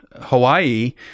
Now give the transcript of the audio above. Hawaii